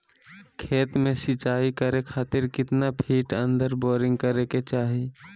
खेत में सिंचाई करे खातिर कितना फिट अंदर बोरिंग करे के चाही?